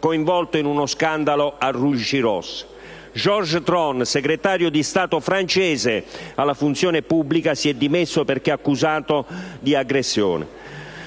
coinvolto in uno scandalo a luci rosse; Georges Tron, segretario di Stato francese alla funzione pubblica, si è dimesso perché accusato di aggressione.